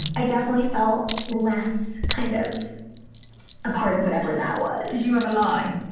i definitely felt less kind of a part of whatever that was did you ever lie?